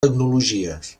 tecnologies